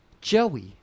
joey